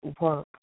work